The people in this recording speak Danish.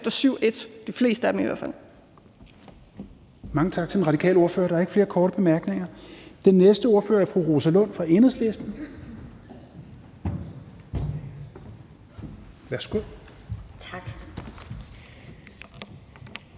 (Rasmus Helveg Petersen): Mange tak til den radikale ordfører. Der er ikke flere korte bemærkninger. Den næste ordfører er fru Rosa Lund fra Enhedslisten. Værsgo. Kl.